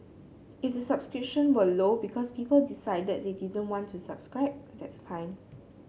if the subscription were low because people decided they didn't want to subscribe that's fine